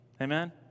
Amen